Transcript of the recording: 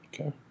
Okay